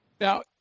Now